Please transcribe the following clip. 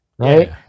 Right